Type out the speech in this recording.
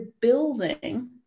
building